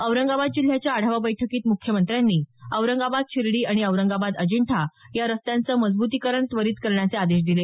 औरंगाबाद जिल्ह्याच्या आढावा बैठकीत म्ख्यमंत्र्यांनी औरंगाबाद शिर्डी आणि औरंगाबाद अजिंठा या रस्त्यांचं मजबूतीकरण त्वरित करण्याचे आदेश दिले